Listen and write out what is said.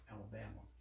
Alabama